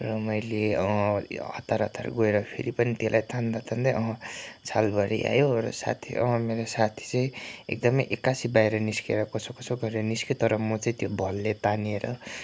र मैले हतार हतार गएर फेरि पनि त्यसलाई तान्दा तान्दै छालभरि आयो र साथै मेरो साथी चाहिँ एकदमै एक्कासी बाहिर निस्केर कसोकसो गरेर निस्क्यो तर म चाहिँ त्यो भलले तान्निएर